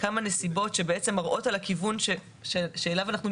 כמה נסיבות שמראות על הכיוון שאליו אנחנו מתכוונים,